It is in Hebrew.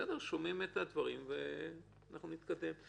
בסדר, שומעים את הדברים ואנחנו נתקדם.